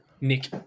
Nick